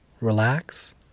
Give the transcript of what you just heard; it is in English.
relax